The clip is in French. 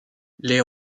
les